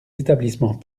établissements